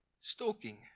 stalking